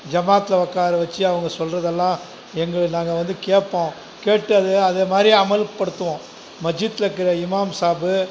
ஜமாத்ல உட்கார வச்சு அவங்க சொல்கிறதெல்லாம் எங்களை நாங்கள் வந்து கேட்போம் கேட்டு அது அதைமாரியே அமல்படுத்துவோம் மஜித்லக்குற இமாம் சாபு